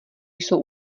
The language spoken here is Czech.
jsou